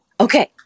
Okay